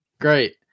Great